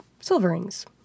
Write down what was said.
Silverings